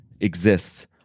exists